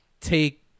take